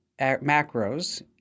macros